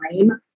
time